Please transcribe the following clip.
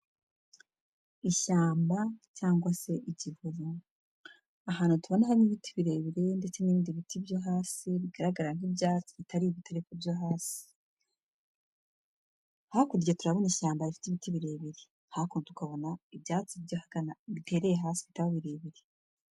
Ishyamba cyangwa se igihuru, ahantu tubona harimo ibiti birebire ndetse n'ibindi biti byo hasi bigaragara nk'ibyatsi bitari ibiti ariko byo hasi. Hakurya turabona ishyamba rifite ibiti birebire, hakuno tukabona ibyatsi byahagana, bitereye hasi bitari birebire.